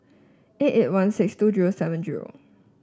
eight eight one six two zero seven zero